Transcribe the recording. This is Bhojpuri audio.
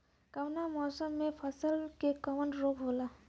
कवना मौसम मे फसल के कवन रोग होला?